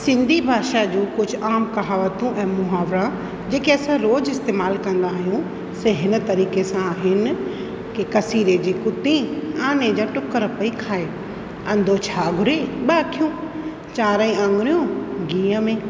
सिंधी भाषा जूं कुझु आम कहावतू ऐं मुहावरा जेके असां रोज़ु इस्तेमालु कंदा आहियूं त हिन तरीक़े सां आहिनि कंहिं कसीरे जी कुटी आने जा टुकरु पेई खाए अंधो छा घुरे ॿ अखियूं चारई आंगुरियूं गिहु में